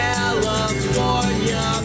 California